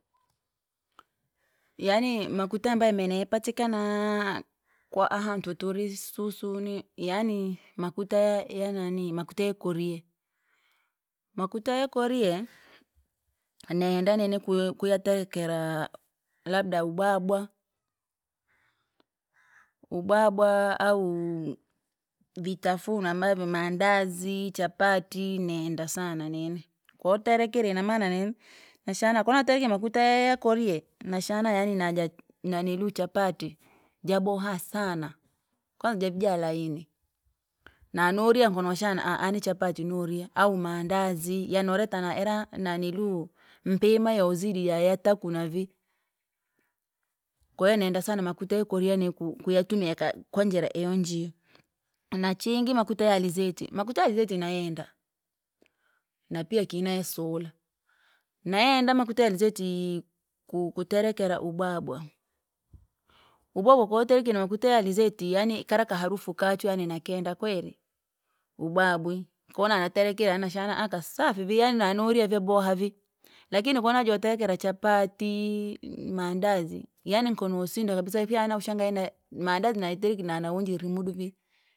yaani makuta ambayo mene yapatikana! Kwa ahantu turi susu ni yani makuta ya- yananii makuta ya korie. Makuta ya korie, nenda nini kuya kuyaterekera, labda? Ubwabwa, ubwabwa! Au vitafunwa ambavyo mandazi, chapatti, nenda sana nini, kowo uterekire inamana nini, nashana konaterekire makuta ya korie, nashana yaani naja naniliu chapatti, jobaha sana, kwanza javija laini, nanoriya nkonoshana aaha nichapati noriya, au maandazi yonoreta na era naniliuu, mpima yauzidi yaya taku navii. Kwahiyo nenda sana makuta ya korie niku kuyatumia yaka kwa- njila iyo njiyo. Na chingi makute ya alizeti, makuta ya alizeti nayenda, na piya kinayosula. Nayenda makuta ya alizeti! Kuterekera ubwabwa, ubwabwa kowaterekire makuta ya alizeti yaani kara kaharufu kachu nakenda kweri, ubwabwi kano naterekire nashana aka safi vi yaani nanoriyaa vyaboha vii, lakini konjire terekera chapatti! M- mandazi, yani nkono usindwa kabisa ifyana ushangae ne- mandazi naitekire nana unjire imudu vii.